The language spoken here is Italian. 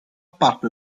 parte